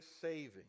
saving